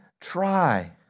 try